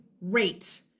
rate